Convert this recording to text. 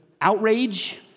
outrage